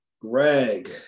greg